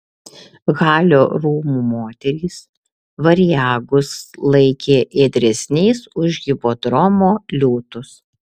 halio rūmų moterys variagus laikė ėdresniais už hipodromo liūtus